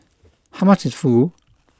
how much is Fugu